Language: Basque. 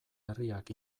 herriak